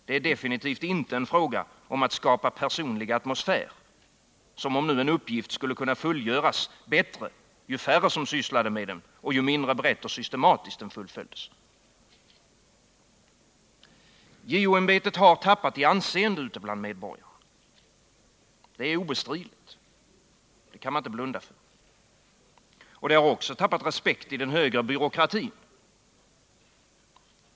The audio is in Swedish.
Det är definitivt inte en fråga om att skapa personlig atmosfär — som om nu en uppgift skulle kunna fullgöras bättre ju färre som sysslade med den och ju mindre brett och systematiskt den fullföljdes. JO-ämbetet har tappat i anseende ute bland medborgarna. Detta är obestridligt. Det kan man inte blunda för. JO har också tappat respekt i den högre byråkratin.